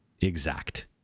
exact